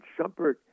Shumpert